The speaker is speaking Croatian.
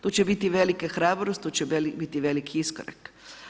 Tu će biti velika hrabrost, tu će biti veliki iskorak.